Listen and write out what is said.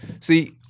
See